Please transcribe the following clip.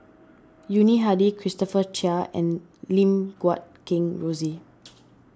Yuni Hadi Christopher Chia and Lim Guat Kheng Rosie